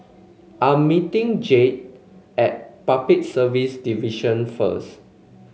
I'm meeting Jed at Public Service Division first